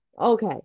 Okay